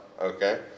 okay